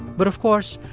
but of course,